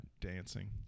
Dancing